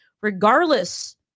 regardless